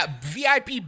VIP